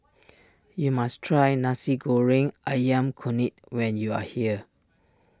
you must try Nasi Goreng Ayam Kunyit when you are here